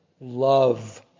love